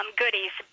goodies